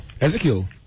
Ezekiel